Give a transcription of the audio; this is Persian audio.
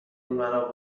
مرا